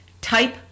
Type